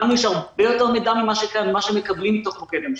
לנו יש הרבה יותר מידע ממה שמקבלים מתוך מוקד המשפחות,